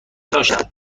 داشتم